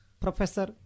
Professor